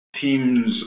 teams